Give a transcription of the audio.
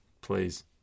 please